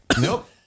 nope